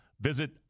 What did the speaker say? Visit